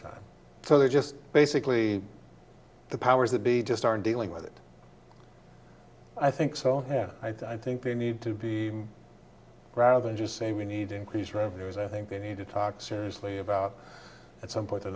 time so they just basically the powers that be just aren't dealing with it i think so yeah i think they need to be rather than just saying we need increased revenues i think they need to talk seriously about at some point